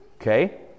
okay